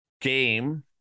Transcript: game